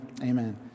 Amen